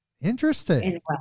Interesting